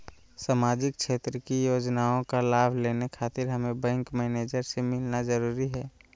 सामाजिक क्षेत्र की योजनाओं का लाभ लेने खातिर हमें बैंक मैनेजर से मिलना जरूरी है?